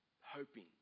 Hoping